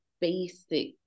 basic